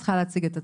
נעשית,